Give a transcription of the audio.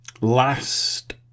last